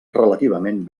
relativament